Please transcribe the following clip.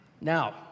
Now